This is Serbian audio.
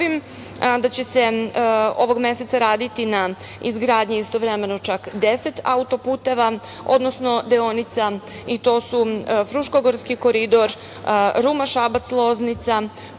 da će se ovog meseca raditi na izgradnji istovremeno čak deset autoputeva, odnosno deonica i to su Fruškogorski koridor, Ruma-Šabac-Loznica,